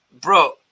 bro